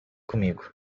comigo